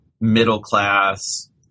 middle-class